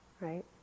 right